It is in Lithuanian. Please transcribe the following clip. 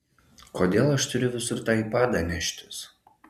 kodėl aš turiu visur tą aipadą neštis